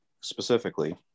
specifically